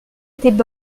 étaient